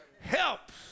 helps